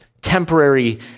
temporary